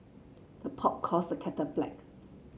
the pot calls the kettle black